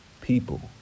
people